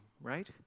right